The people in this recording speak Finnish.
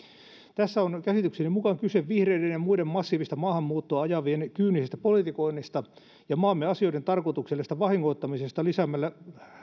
tässä on käsitykseni mukaan kyse vihreiden ja muiden massiivista maahanmuuttoa ajavien kyynisestä politikoinnista ja maamme asioiden tarkoituksellisesta vahingoittamisesta lisäämällä